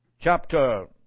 chapter